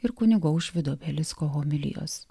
ir kunigo aušvydo belicko homilijos